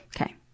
Okay